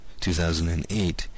2008